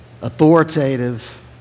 authoritative